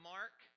Mark